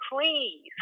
please